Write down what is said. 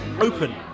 open